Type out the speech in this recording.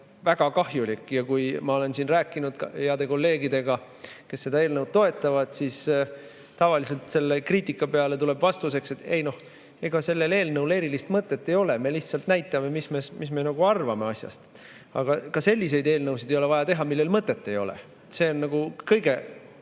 väga kahjulik. Ja kui ma olen siin rääkinud heade kolleegidega, kes seda eelnõu toetavad, siis tavaliselt selle kriitika peale tuleb vastuseks, et ei noh, ega sellel eelnõul erilist mõtet ei ole, me lihtsalt näitame, mis me arvame asjast. Aga ei ole vaja teha selliseid eelnõusid, millel mõtet ei ole. See on kõige